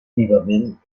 vivament